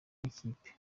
n’ikipe